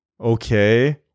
okay